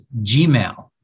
Gmail